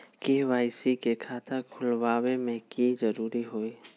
KYC के खाता खुलवा में की जरूरी होई?